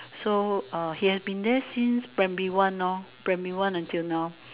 so he has been there since primary one primary one until now